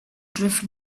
drift